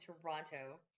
Toronto